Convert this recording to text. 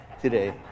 today